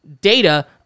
data